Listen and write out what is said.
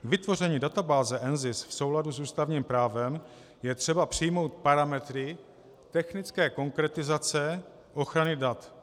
K vytvoření databáze NZIS v souladu s ústavním právem je třeba přijmout parametry technické konkretizace ochrany dat.